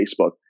Facebook